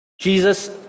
Jesus